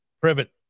Privet